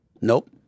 Nope